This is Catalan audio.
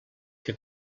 que